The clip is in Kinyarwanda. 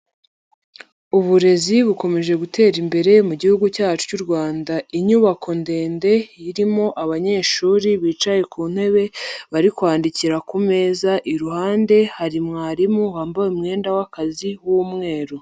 Uburezi bukomeje gutera imbere mu Gihugu cyacu cy'u Rwanda, inyubako ndende irimo abanyeshuri bicaye ku ntebe, bari kwandikira ku meza iruhande hari mwarimu wambaye umwenda w'akazi w'umweru.